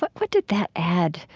but what did that add,